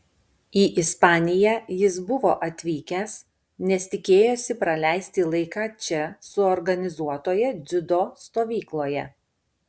į ispaniją jis buvo atvykęs nes tikėjosi praleisti laiką čia suorganizuotoje dziudo stovykloje